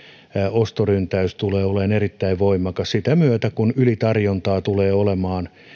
ostoryntäys tulee olemaan erittäin voimakas sen myötä kun ylitarjontaa tulee olemaan